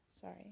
sorry